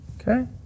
Okay